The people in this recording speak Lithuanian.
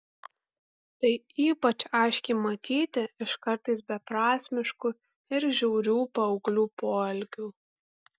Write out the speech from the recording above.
tai ypač aiškiai matyti iš kartais beprasmiškų ir žiaurių paauglių poelgių